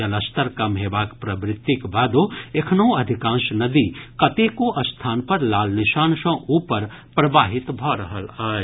जलस्तर कम हेबाक प्रवृतिक बादो एखनहुं अधिकांश नदी कतेको स्थान पर लाल निशान सँ ऊपर प्रवाहित भऽ रहल अछि